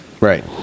right